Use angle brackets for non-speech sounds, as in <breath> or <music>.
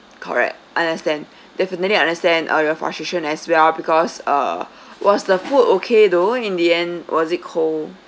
correct understand definitely understand uh your frustration as well because uh <breath> was the food okay though in the end was it cold